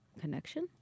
connection